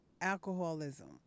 alcoholism